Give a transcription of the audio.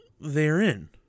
therein